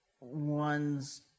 one's